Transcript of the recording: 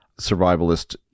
survivalist